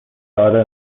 اره